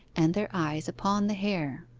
and their eyes upon the hair.